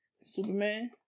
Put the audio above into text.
Superman